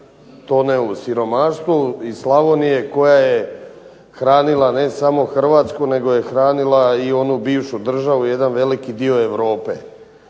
tone u siromaštvo, iz Slavonije koja je hranila ne samo Hrvatsku nego je hranila i onu bivšu državu, jedan veliki dio Europe.